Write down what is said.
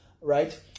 right